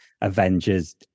Avengers